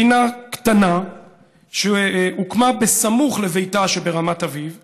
גינה קטנה שהוקמה בסמוך לביתה שברמת אביב.